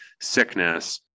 sickness